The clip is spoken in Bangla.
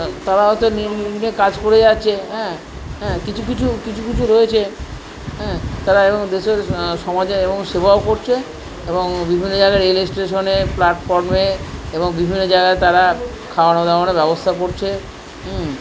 তারা হয়তো নির্বিঘ্নে কাজ করে যাচ্ছে হ্যাঁ হ্যাঁ কিছু কিছু কিছু কিছু রয়েছে হ্যাঁ তারা এখনো দেশের সমাজের এবং সেবাও করছে এবং বিভিন্ন জায়গায় রেলওয়ে ষ্টেশনে প্লাটফর্মে এবং বিভিন্ন জায়গায় তারা খাওয়ানো দাওয়ানোর ব্যবস্থা করছে